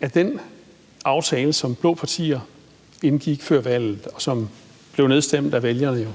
at den aftale, som de blå partier indgik før valget, og som blev nedstemt af vælgerne, jo